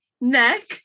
neck